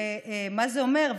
ומה זה אומר,